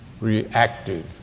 reactive